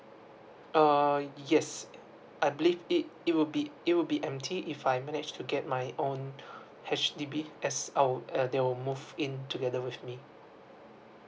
uh yes I believe it it will be it will be empty if I manage to get my own H_D_B as our uh they will move in together with me